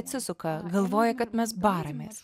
atsisuka galvoja kad mes baramės